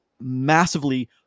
massively